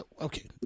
okay